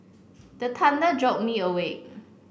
the thunder jolt me awake